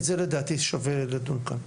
את זה לדעתי שווה לדון כאן.